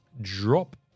drop